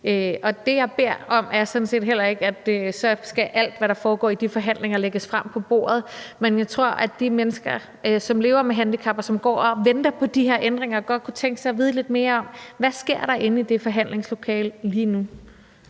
er sådan set heller ikke, at alt, der foregår i de forhandlinger, skal lægges frem på bordet. Men jeg tror, at de mennesker, som lever med handicap, og som går og venter på de her ændringer, godt kunne tænke sig at vide lidt mere om, hvad der sker inde i det forhandlingslokale lige nu.